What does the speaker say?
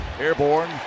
Airborne